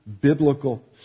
biblical